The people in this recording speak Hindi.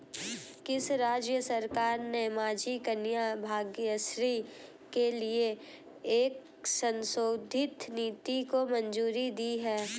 किस राज्य सरकार ने माझी कन्या भाग्यश्री के लिए एक संशोधित नीति को मंजूरी दी है?